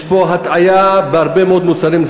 אחת, יש פה הטעיה בהרבה מאוד מוצרים.